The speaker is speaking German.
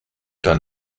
dann